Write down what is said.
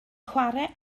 chwarae